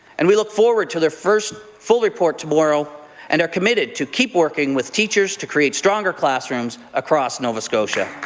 and we look forward to the first full report tomorrow and are committed to keep working with teachers to create stronger classrooms across nova scotia.